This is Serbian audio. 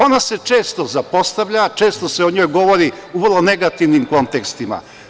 Ona se često zapostavlja, često se o njoj govori u vrlo negativnim kontekstima.